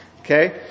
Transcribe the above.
okay